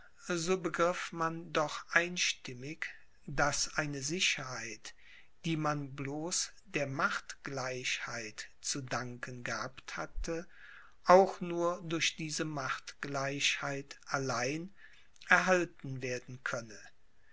so begriff man doch einstimmig daß eine sicherheit die man bloß der machtgleichheit zu danken gehabt hatte auch nur durch diese machtgleichheit allein erhalten werden könne